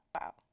wow